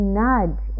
nudge